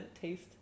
taste